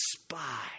spy